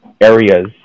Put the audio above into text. areas